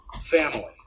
family